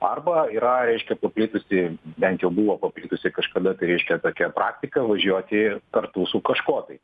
arba yra reiškia paplitusi bent jau buvo paplitusia kažkada tai reiškia tokia praktika važiuoti kartu su kažkuo tai